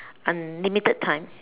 unlimited time